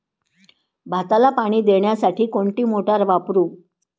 भाताला पाणी देण्यासाठी कोणती मोटार वापरू?